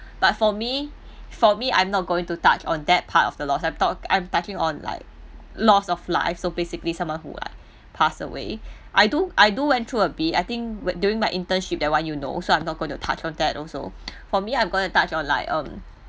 but for me for me I'm not going to touch on that part of the loss I'm talk I'm touching on like loss of life so basically someone who like passed away I do I do went through a bit I think w~ during my internship that one you know so I'm not going to touch on that also for me I'm going to touch on like um